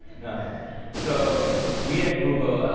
so we at google,